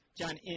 John